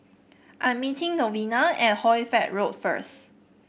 I'm meeting Novella at Hoy Fatt Road first